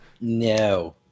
no